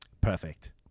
Perfect